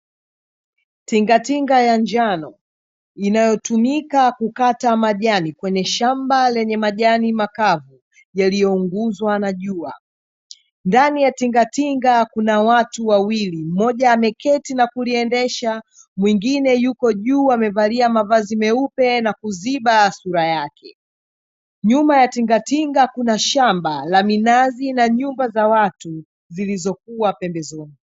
Tingatinga ya njano inayotumika kukata majani kwenye shamba lenye majani makavu yaliyounguzwa na jua. Ndani ya tingatinga kuna watu wawili, mmoja ameketi na kuliendesha na mwingine yuko juu amevalia mavazi meupe na kuziba sura yake. Nyuma ya tingatinga kuna shamba la minazi na nyumba za watu zilizokua pembezoni.